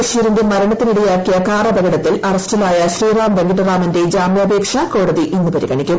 ബഷീറിന്റെ മരണത്തിനിടയാക്കിയ കാർ അപകടത്തിൽ അറസ്റ്റിലായ ശ്രീറാം വെങ്കിട്ടരാമന്റെ ജാമ്യാപേക്ഷ കോടതി ഇന്ന് പരിഗണിക്കും